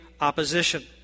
opposition